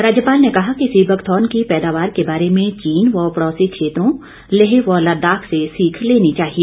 राज्यपाल ने कहा कि सी बकथार्न की पैदावार के बारे में चीन व पड़ौसी क्षेत्रों लेह व लदाख से सीख लेनी चाहिए